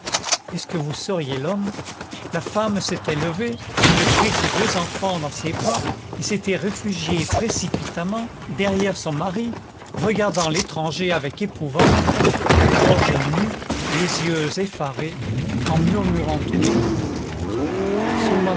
est-ce que vous seriez l'homme la femme s'était levée avait pris ses deux enfants dans ses bras et s'était réfugiée précipitamment derrière son mari regardant l'étranger avec épouvante la gorge nue les yeux effarés en murmurant tout